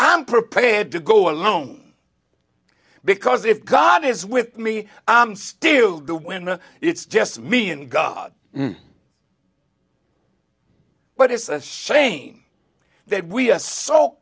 i'm prepared to go alone because if god is with me i'm still the winner it's just me and god but it's a shame that we're so